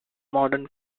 modern